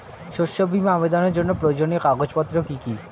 শস্য বীমা আবেদনের জন্য প্রয়োজনীয় কাগজপত্র কি কি?